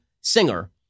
singer